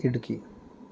Idukki